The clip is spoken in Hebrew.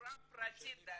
צורה פרטית.